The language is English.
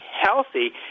healthy